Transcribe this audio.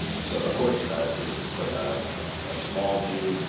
so of course this is quite a ah small view,